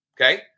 Okay